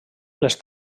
les